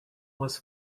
was